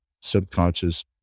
subconscious